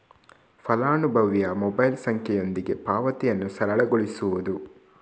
ಫಲಾನುಭವಿಯ ಮೊಬೈಲ್ ಸಂಖ್ಯೆಯೊಂದಿಗೆ ಪಾವತಿಯನ್ನು ಸರಳಗೊಳಿಸುವುದು